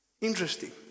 Interesting